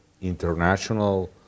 international